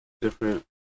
different